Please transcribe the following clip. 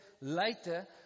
later